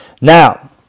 Now